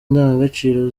ndangagaciro